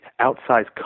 outsized